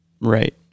Right